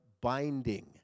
binding